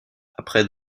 après